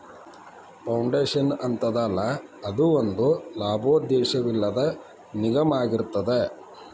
foundation ಅಂತದಲ್ಲಾ, ಅದು ಒಂದ ಲಾಭೋದ್ದೇಶವಿಲ್ಲದ್ ನಿಗಮಾಅಗಿರ್ತದ